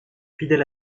fidèle